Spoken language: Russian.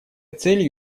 целью